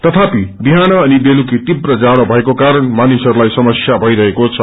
तथापि विहान अनि बेलुकी सौव्र जाझो भएको कारण मानिसहस्लाई समस्या भइरहेको छ